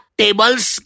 tables